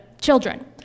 children